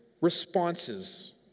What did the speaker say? responses